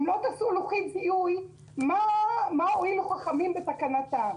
אם לא תעשו לוחית זיהוי, מה הועילו חכמים בתקנתם?